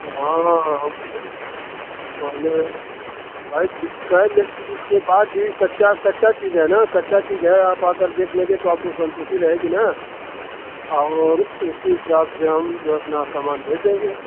हाँ पहले भाई ठीक है लेकिन उसके बाद भी कच्चा कच्चा चीज़ है न कच्चा चीज़ है आप आकर देख लेंगे तो आपको संतुष्टि रहेगी न और उसी हिसाब से हम जो है अपना सामान भेज देंगे